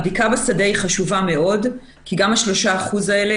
הבדיקה בשדה היא חשובה מאוד כי גם ה-3% האלה,